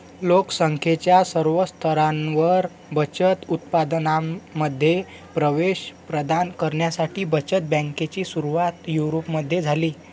लोक संख्येच्या सर्व स्तरांवर बचत उत्पादनांमध्ये प्रवेश प्रदान करण्यासाठी बचत बँकेची सुरुवात युरोपमध्ये झाली